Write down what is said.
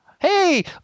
Hey